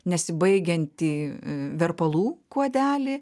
nesibaigiantį verpalų kuodelį